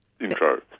Intro